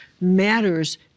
matters